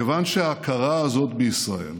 מכיוון שההכרה הזאת בישראל,